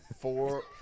Four